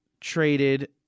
traded